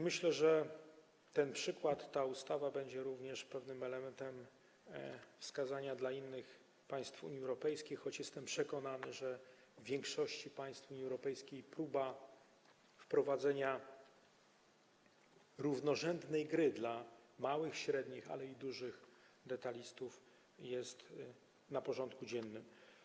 Myślę, że ten przykład, ta ustawa będzie również pewnym wskazaniem dla innych państw Unii Europejskiej, choć jestem przekonany, że w większości państw Unii Europejskiej próba wprowadzenia równorzędnej gry dla małych, średnich, ale i dużych detalistów jest na porządku dziennym.